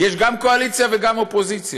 יש גם קואליציה וגם אופוזיציה.